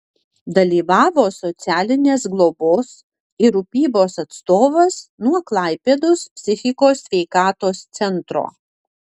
dalyvavo socialinės globos ir rūpybos atstovas nuo klaipėdos psichikos sveikatos centro